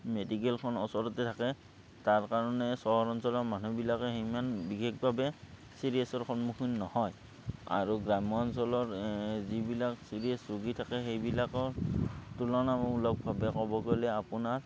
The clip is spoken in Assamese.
মেডিকেলখন ওচৰতে থাকে তাৰ কাৰণে চহৰ অঞ্চলৰ মানুহবিলাকে সিমান বিশেষভাৱে ছিৰিয়াছৰ সন্মুখীন নহয় আৰু গ্ৰাম্য অঞ্চলৰ যিবিলাক চিৰিয়াছ ৰোগী থাকে সেইবিলাকৰ তুলনামূলকভাৱে ক'ব গ'লে আপোনাৰ